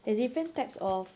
there's different types of